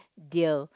deal